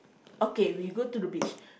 okay we go to the beach